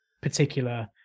particular